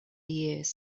years